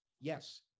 Yes